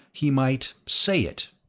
he might say it!